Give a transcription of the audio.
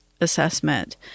assessment